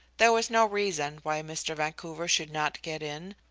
there was no reason why mr. vancouver should not get in,